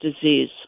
disease